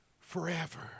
forever